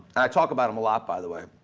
i talk about them a lot by the way,